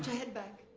head back.